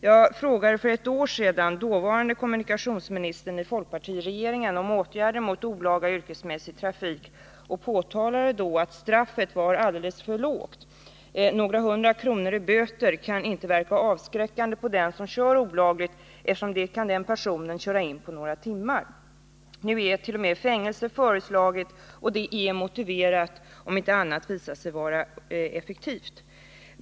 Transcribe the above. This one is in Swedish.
Jag frågade för ett år sedan dåvarande kommunikationsministern i folkpartiregeringen om åtgärder mot olaga yrkesmässig trafik och påtalade då att straffet var alldeles för lågt. Några hundra kronor i böter kan inte verka avskräckande på den som kör olagligt, för det kan den personen köra in på några timmar. Nu ärt.o.m. fängelse föreslaget, och det är motiverat om inte annat visar sig vara effektivt.